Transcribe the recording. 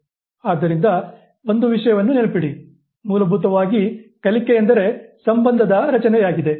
ಆದ್ದರಿಂದ ಒಂದು ವಿಷಯವನ್ನು ನೆನಪಿಡಿ ಮೂಲಭೂತವಾಗಿ ಕಲಿಕೆ ಎಂದರೆ ಸಂಬಂಧದ ರಚನೆಯಾಗಿದೆ